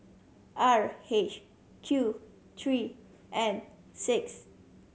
R H Q three N six